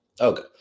Okay